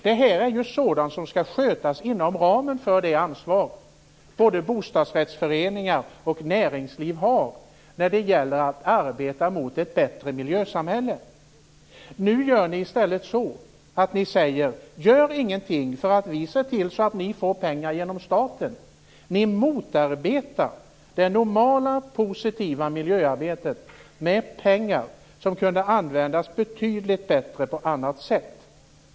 Detta är sådant som skall skötas inom ramen för det ansvar som både bostadsrättsföreningar och näringsliv har för att arbeta för ett bättre miljösamhälle. Nu gör regeringen i stället så att man säger: Gör ingenting! Vi ser till att ni får pengar genom staten! Regeringen motarbetar det normala, positiva miljöarbetet med pengar som kunde användas betydligt bättre på annat sätt.